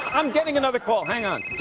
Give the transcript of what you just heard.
i'm getting another call. hang on.